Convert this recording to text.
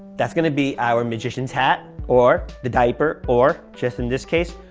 that's going to be our magician's hat or the diaper or just in this case,